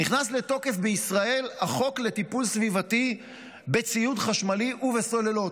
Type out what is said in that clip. נכנס לתוקף בישראל החוק לטיפול סביבתי בציוד חשמלי ובסוללות?